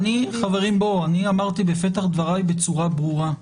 חברים, בואו, אני אמרתי בפתח דבריי בצורה ברורה.